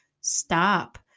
stop